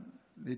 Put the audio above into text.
להתעקש.